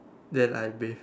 then I bathe